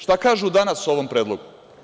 Šta kažu danas o ovom predlogu.